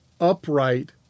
upright